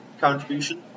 contribution